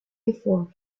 before